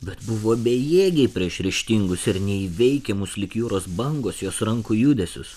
bet buvo bejėgiai prieš ryžtingus ir neįveikiamus lyg jūros bangos jos rankų judesius